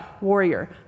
warrior